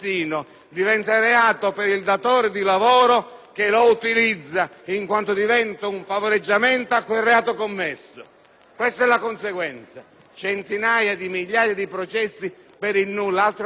Questa è la conseguenza. Ci saranno centinaia di migliaia di processi per il nulla, altro che bandiere, altro che principi e svolta culturale! State facendo qualcosa che non serve al Paese,